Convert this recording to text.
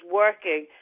working